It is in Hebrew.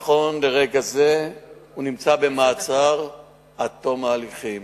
ברגע זה החשוד נמצא במעצר עד תום ההליכים.